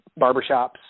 barbershops